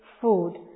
food